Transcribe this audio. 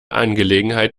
angelegenheit